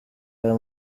aya